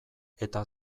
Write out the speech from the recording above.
eta